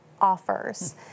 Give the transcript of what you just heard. offers